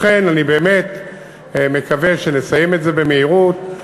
לכן אני באמת מקווה שנסיים את זה במהירות,